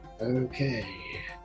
Okay